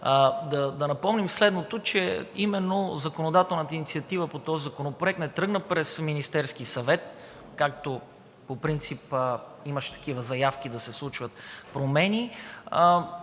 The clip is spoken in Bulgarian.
да напомним следното: именно законодателната инициатива по този законопроект не тръгна от Министерския съвет, както по принцип имаше такива заявки да се случват промени,